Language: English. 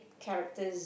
characters